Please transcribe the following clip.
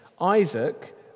Isaac